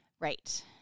Right